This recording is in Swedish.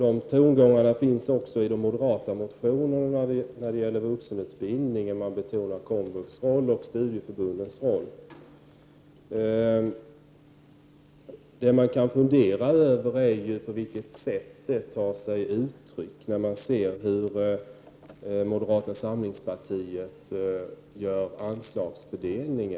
De tongångarna finns också i de moderaterna motionerna om vuxenutbildningen, där komvux roll och studieförbundens roll betonas. På vilket sätt tar sig då detta uttryck i moderata samlingspartiets anslagsfördelning?